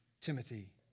Timothy